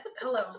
Hello